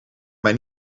mij